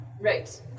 Right